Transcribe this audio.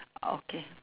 okay